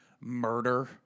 murder